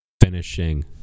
finishing